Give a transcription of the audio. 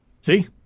See